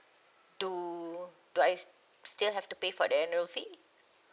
do do I still have to pay for the annual fee